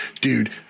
dude